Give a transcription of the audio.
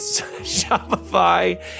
Shopify